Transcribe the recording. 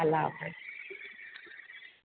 اللّٰہ حافظ